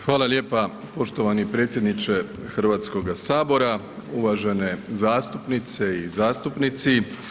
Hvala lijepa poštovani predsjedniče Hrvatskoga sabora, uvažene zastupnice i zastupnici.